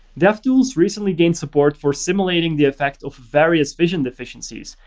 devtools recently gained support for simulating the effect of various vision deficiencies,